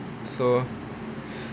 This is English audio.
so